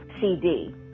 CD